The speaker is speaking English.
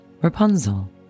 Rapunzel